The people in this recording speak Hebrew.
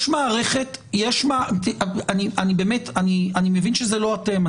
יש מערכת אני מבין שזה לא אתם,